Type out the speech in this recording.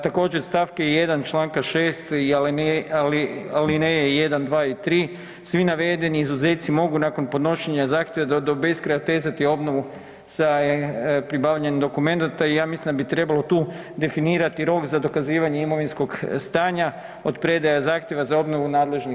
Također stavak 1. čl. 6 i alineje 1., 2. i 3., svi navedeni izuzeci mogu nakon podnošenja zahtjeva do beskraja otezati obnovu za pribavljanjem dokumenata i ja mislim da bi trebalo tu definirati rok za dokazivanje imovinskog stanja, od predaje zahtjeva za obnovu nadležnih